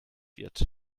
wird